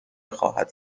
خواهد